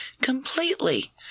completely